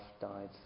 died